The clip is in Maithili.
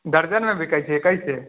दर्जनमे बिकै छै कैसे